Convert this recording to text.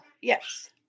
Yes